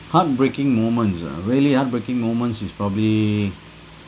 heartbreaking moments ah really heartbreaking moments is probably